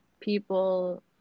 people